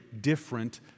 different